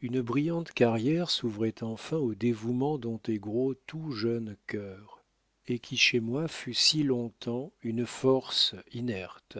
une brillante carrière s'ouvrait enfin au dévouement dont est gros tout jeune cœur et qui chez moi fut si long-temps une force inerte